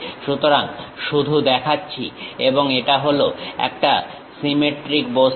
সুতরাং শুধু দেখাচ্ছি এবং এটা হলো একটা সিমট্রিক বস্তু